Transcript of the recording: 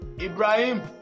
Ibrahim